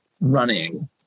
running